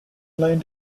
line